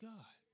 God